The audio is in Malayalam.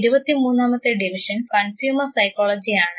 ഇരുപത്തിമൂന്നാമത്തെ ഡിവിഷൻ കൺസ്യൂമർ സൈക്കോളജി ആണ്